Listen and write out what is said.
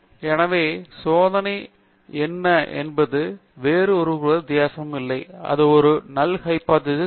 எனவே சோதனை என்ன என்பது வேறு ஒருவருக்கொருவர் வித்தியாசமாக இல்லை அது நல் ஹைப்போதீசிஸ் ம்